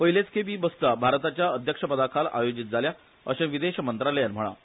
पयलेच खेप ही बसका भारताच्या अध्यक्षपदाखाल आयोजित जाल्या अशे विदेश मंत्रालयान म्हळा